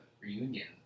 reunion